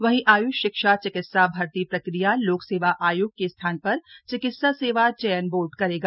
वहीं आयुष शिक्षा चिकित्सा भर्ती प्रक्रिया लोक सेवा आयोग के स्थान पर चिकित्सा सेवा चयन बोर्ड करेगा